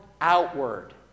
outward